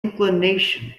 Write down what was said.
inclination